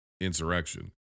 insurrection